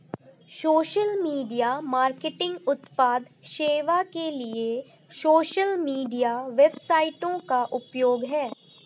social media marketing उत्पाद सेवा के लिए सोशल मीडिया वेबसाइटों का उपयोग है